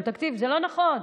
זה לא נכון,